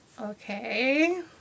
Okay